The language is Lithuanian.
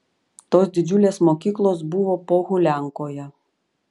tos didžiulės mokyklos buvo pohuliankoje